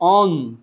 on